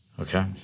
Okay